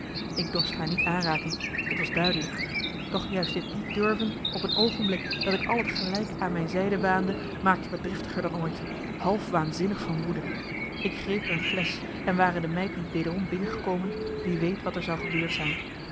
ik dorst haar niet aanraken t was duidelijk doch juist dit niet durven op een oogenblik dat ik al het gelijk aan mijn zijde waande maakte me driftiger dan ooit half waanzinnig van woede ik greep een flesch en ware de meid niet wederom binnengekomen wie weet wat er zou gebeurd zijn